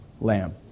lamb